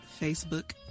Facebook